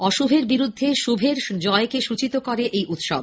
অশুভের বিরুদ্ধে শুভের জয়কে সূচিত করে এই উৎসব